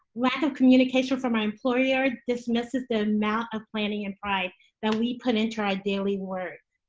lack of communication from our employer dismisses the amount of planning and pride that we put into our daily work.